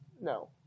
no